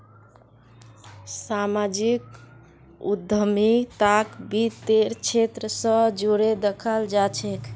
सामाजिक उद्यमिताक वित तेर क्षेत्र स जोरे दखाल जा छेक